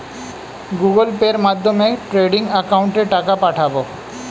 Google পের মাধ্যমে trading একাউন্টে টাকা পাঠাবো?